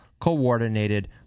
coordinated